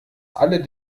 alle